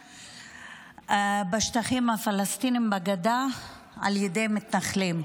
בשטחים הפלסטיניים בגדה על ידי מתנחלים,